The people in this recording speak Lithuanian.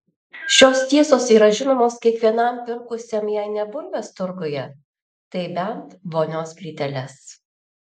šios tiesos yra žinomos kiekvienam pirkusiam jei ne bulves turguje tai bent vonios plyteles